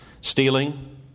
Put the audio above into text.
Stealing